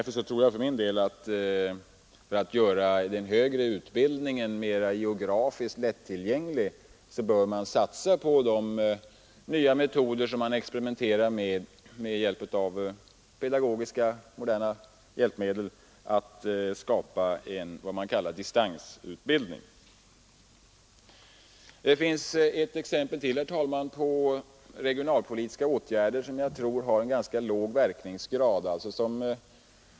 För att göra den högre utbildningen geografiskt mera lättillgänglig bör vi satsa på nya metoder och moderna pedagogiska hjälpmedel för vad man kallar distansutbildning. Det finns ett exempel till, herr talman, på regionalpolitiska åtgärder som jag tror har ganska låg verkningsgrad.